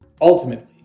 ultimately